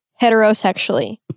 heterosexually